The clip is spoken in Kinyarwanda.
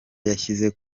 yashyize